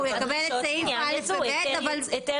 סעיף (3)